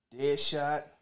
Deadshot